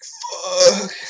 fuck